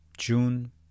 June